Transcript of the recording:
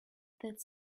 that